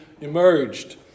emerged